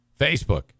Facebook